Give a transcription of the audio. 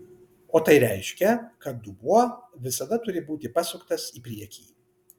o tai reiškia kad dubuo visada turi būti pasuktas į priekį